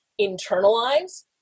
internalize